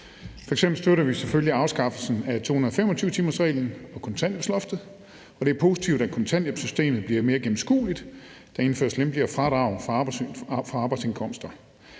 F.eks. støtter vi selvfølgelig afskaffelsen af 225-timersreglen og kontanthjælpsloftet. Og det er positivt, at kontanthjælpssystemet bliver mere gennemskueligt og at der indføres lempeligere fradrag for arbejdsindkomster.